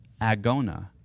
agona